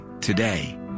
today